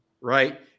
Right